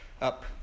up